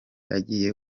agiye